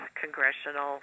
congressional